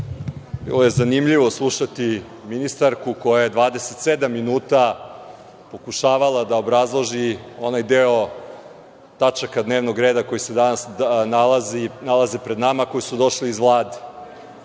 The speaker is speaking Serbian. Bilo je zanimljivo slušati ministarku koja je 27 minuta pokušavala da obrazloži onaj deo tačaka dnevnog reda koji se danas nalaze pred nama, koji su došli iz